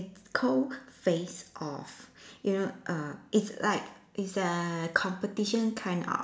called face off you know err it's like it's a competition kind of